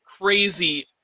crazy